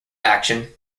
action